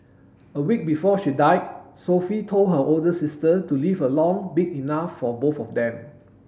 a week before she died Sophie told her older sister to live a life big enough for both of them